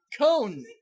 cone